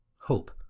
Hope